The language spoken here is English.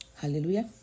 Hallelujah